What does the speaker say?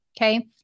Okay